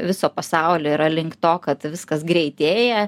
viso pasaulio yra link to kad viskas greitėja